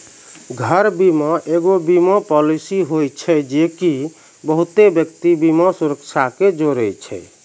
घर बीमा एगो बीमा पालिसी होय छै जे की बहुते व्यक्तिगत बीमा सुरक्षा के जोड़े छै